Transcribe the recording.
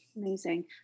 Amazing